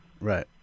Right